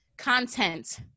content